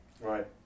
Right